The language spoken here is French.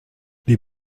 les